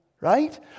right